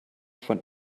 von